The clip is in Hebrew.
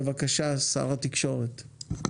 בבקשה, שר התקשורת.